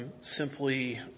simply